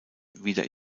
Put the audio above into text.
wieder